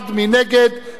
מי